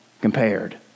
compared